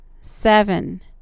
seven